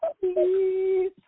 please